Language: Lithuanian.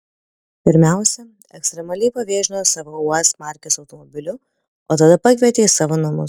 pirmiausia ekstremaliai pavėžino savo uaz markės automobiliu o tada pakvietė į savo namus